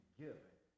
giving